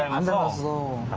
um and soeul.